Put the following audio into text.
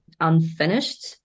unfinished